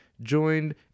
joined